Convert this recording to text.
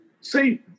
See